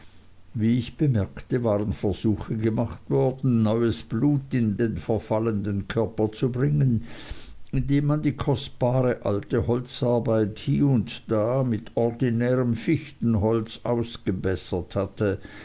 wie ich bemerkte waren versuche gemacht worden neues blut in den verfallenden körper zu bringen indem man die kostbare alte holzarbeit hie und da mit ordinärem fichtenholz ausgebessert hatte